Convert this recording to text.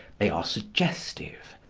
they are suggestive.